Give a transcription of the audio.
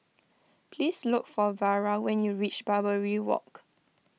please look for Vara when you reach Barbary Walk